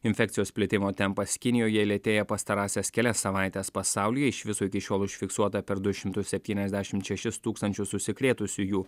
infekcijos plitimo tempas kinijoje lėtėja pastarąsias kelias savaites pasaulyje iš viso iki šiol užfiksuota per du šimtus septyniasdešimt šešis tūkstančius užsikrėtusiųjų